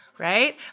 Right